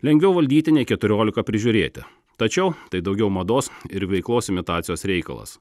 lengviau valdyti nei keturiolika prižiūrėti tačiau tai daugiau mados ir veiklos imitacijos reikalas